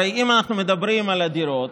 הרי אם אנחנו מדברים על הדירות,